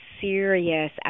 serious